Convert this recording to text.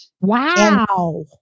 Wow